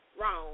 wrong